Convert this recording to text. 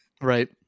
Right